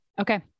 Okay